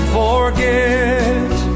forget